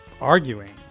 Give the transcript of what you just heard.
arguing